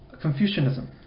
Confucianism